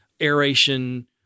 aeration